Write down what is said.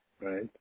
right